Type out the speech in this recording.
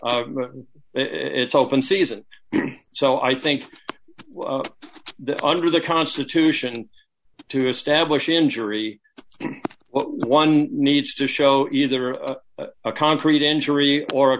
in it's open season so i think that under the constitution to establish injury one needs to show either a concrete injury or a